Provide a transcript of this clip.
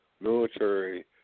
military